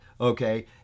okay